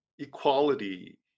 equality